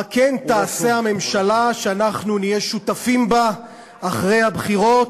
מה כן תעשה הממשלה שאנחנו נהיה שותפים בה אחרי הבחירות,